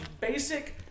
basic